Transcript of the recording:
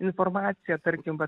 informacija tarkim